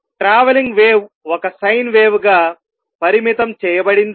travelling wave ఒక sine వేవ్గా పరిమితం చేయబడిందా